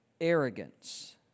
arrogance